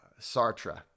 Sartre